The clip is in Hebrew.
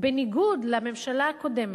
בניגוד לממשלה הקודמת,